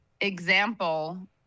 example